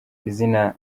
izina